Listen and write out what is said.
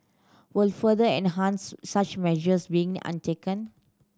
will further enhance such measures being untaken